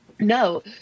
No